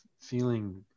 feeling